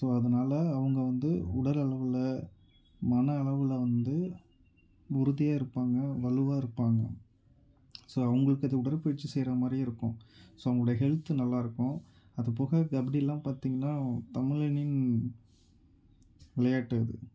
so அதனால் அவங்க வந்து உடல் அளவில் மன அளவில் வந்து உறுதியாக இருப்பாங்க வலுவாக இருப்பாங்க ஸோ அவங்களுக்கு அது உடற்பயிற்சி செய்கிற மாதிரி இருக்கும் ஸோ அவங்களோடைய ஹெல்த் நல்லாயிருக்கும் அது போக கபடியெலாம் பார்த்திங்ன்னா தமிழனின் விளையாட்டு அது